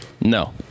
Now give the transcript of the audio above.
No